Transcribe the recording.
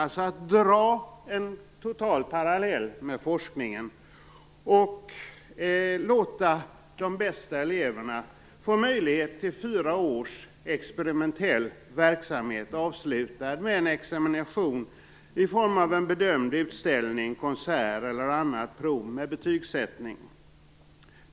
Man skulle dra en parallell med forskningen och låta de bästa eleverna få möjlighet till fyra års experimentell verksamhet avslutad med en examination i form av en bedömd utställning, konsert eller annat prov med betygssättning.